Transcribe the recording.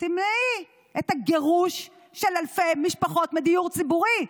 תמנעי את הגירוש של אלפי משפחות מדיור ציבורי.